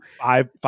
Five